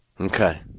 Okay